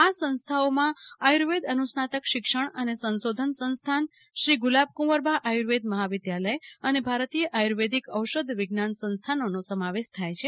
આ સંસ્થાઓમાં આયુર્વેદ અનુસ્નાતક શિક્ષણ અને સંશોધન સંસ્થાન શ્રી ગુલાબકુંવરબા આયુર્વેદ મહાવિદ્યાલય અને ભારતીય આયુર્વેદિક ઔષધ વિજ્ઞાન સંસ્થાનો સમાવેશ થાય છે